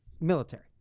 military